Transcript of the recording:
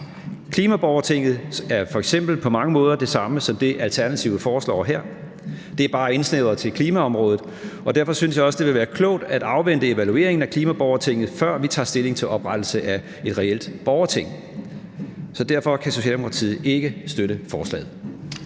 Klimaborgertinget er f.eks. på mange måder det samme som det, forslagsstillerne foreslår her. Det er bare indsnævret til klimaområdet, og derfor synes jeg også, det ville være klogt at afvente evalueringen af klimaborgertinget, før vi tager stilling til oprettelse af et reelt borgerting. Derfor kan Socialdemokratiet ikke støtte forslaget.